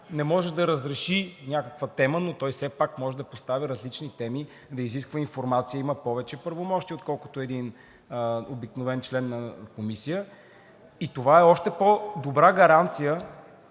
не може да разреши някаква тема, но той все пак може да поставя различни теми, да изисква информация – има повече правомощия, отколкото един обикновен член на комисия. Това е още по-добра гаранция